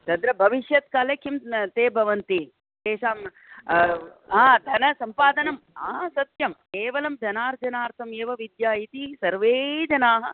तत्र भविष्यत् काले किं ते भवन्ति तेषां हा धनसम्पादनं ह सत्यं केवलं धनार्जनार्थम् एव विद्या इति सर्वे जनाः